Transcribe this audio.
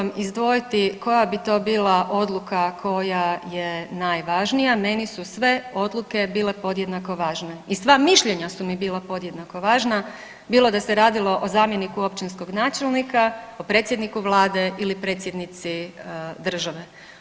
Ne mogu vam izdvojiti koja bi to bila odluka koja je najvažnija, meni su sve odluke bile podjednako važna i sva mišljenja su mi bila podjednako važno, bilo da se radilo o zamjeniku općinskog načelnika, o predsjedniku Vlade ili predsjednici države.